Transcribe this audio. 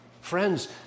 Friends